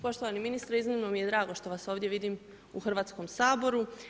Poštovani ministre, iznimno mi je drago što vas ovdje vidim u Hrvatskom saboru.